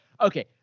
Okay